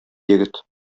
егет